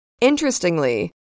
Interestingly